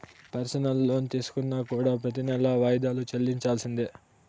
personal loan తీసుకున్నా కూడా ప్రెతి నెలా వాయిదాలు చెల్లించాల్సిందే